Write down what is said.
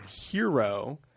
hero